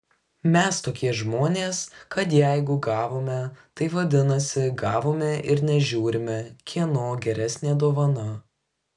mes tokie žmonės kad jeigu gavome tai vadinasi gavome ir nežiūrime kieno geresnė dovana